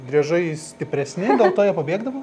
driežai stipresni dėl to jie pabėgdavo